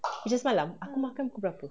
macam semalam aku makan pukul berapa